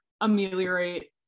ameliorate